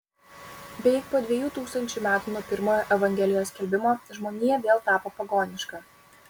beveik po dviejų tūkstančių metų nuo pirmojo evangelijos skelbimo žmonija vėl tapo pagoniška